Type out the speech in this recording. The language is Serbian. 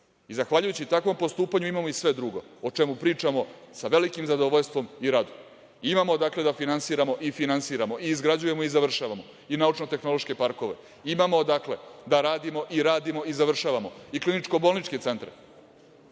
Zahvaljujući takvom postupanju imamo i sve drugo o čemu pričamo sa velikim zadovoljstvom i radom. Imamo, dakle, da finansiramo i finansiramo i izgrađujemo i završavamo i naučno-tehnološke parkove. Imamo, dakle, da radimo i radimo i završavamo i kliničko-bolničke centre.